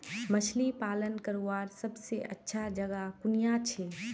मछली पालन करवार सबसे अच्छा जगह कुनियाँ छे?